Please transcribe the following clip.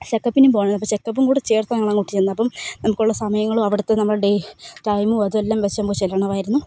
ചെക്കപ്പിനും പോകണം അപ്പോൾ ചെക്കപ്പുംകൂടി ചേർത്താണ് അങ്ങോട്ട് ചെന്നത് അപ്പം നമുക്കുള്ള സമയങ്ങളും അവിടുത്തെ നമ്മുടെ ഡേ ടൈമും അതുമെല്ലാം വച്ച് ചെല്ലണമായിരുന്നു